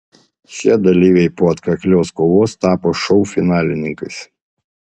šie dalyviai po atkaklios kovos tapo šou finalininkais